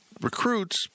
recruits